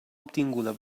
obtinguda